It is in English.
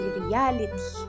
reality